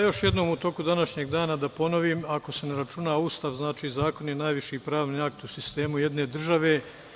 Još jednom u toku današnjeg dana da ponovim, ako se ne računa Ustav, zakon je najviši pravni akt u sistemu jedne države.